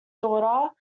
daughter